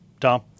Tom